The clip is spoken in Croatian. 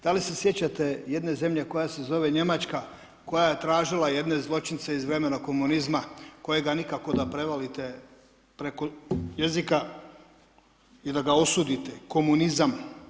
Da li se sjećate jedne zemlje koja se zove Njemačka, koja je tražila jedne zločince iz vremena komunizma, kojega nikako da prevalite preko jezika i da ga osudite, komunizam?